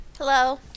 Hello